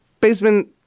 basement